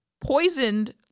poisoned